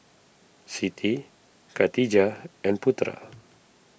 Siti Katijah and Putera